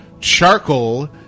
Charcoal